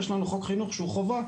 יש לנו חוק חינוך שהוא חובה,